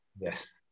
Yes